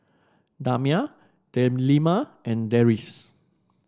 Damia Delima and Deris